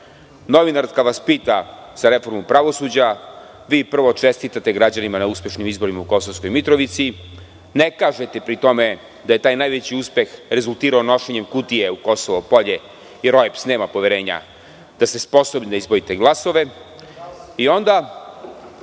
novinarka vas pita za reformu pravosuđa, vi prvo čestitate građanima na uspešnim izborima u Kosovskoj Mitrovici, ne kažete pri tome da je taj najveći uspeh rezultirao nošenjem kutije u Kosovo Polje, jer OEBS nema poverenja da ste sposobni da izbrojite glasove. I onda